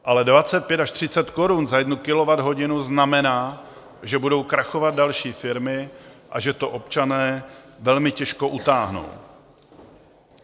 Ale 25 až 30 korun za jednu kilowatthodinu znamená, že budou krachovat další firmy a že to občané velmi těžko utáhnou.